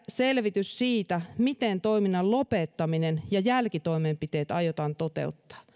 selvitys siitä miten toiminnan lopettaminen ja jälkitoimenpiteet aiotaan toteuttaa